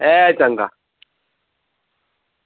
एह् चंगा